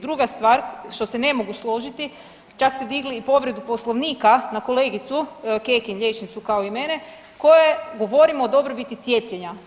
Druga stvar što se ne mogu složiti, čak ste digli i povredu Poslovnika na kolegicu Kekin, liječnicu kao i mene, koja je, govorimo o dobrobiti cijepljenja.